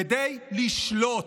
כדי לשלוט.